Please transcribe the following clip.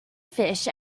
fish